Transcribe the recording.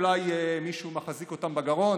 אולי מישהו מחזיק אותם בגרון,